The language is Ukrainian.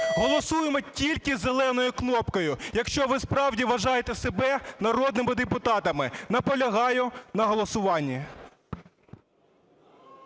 Голосуємо тільки зеленою кнопкою, якщо ви справді вважаєте себе народними депутатами. Наполягаю на голосуванні.